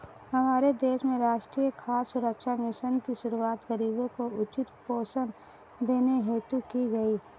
हमारे देश में राष्ट्रीय खाद्य सुरक्षा मिशन की शुरुआत गरीबों को उचित पोषण देने हेतु की गई